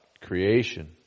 Creation